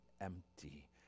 empty